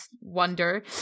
wonder